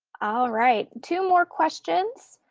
all right, two more questions.